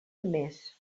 més